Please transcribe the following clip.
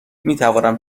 میتوانم